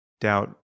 doubt